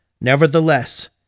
Nevertheless